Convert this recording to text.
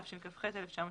תשכ"ח-1968.